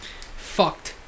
fucked